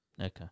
Okay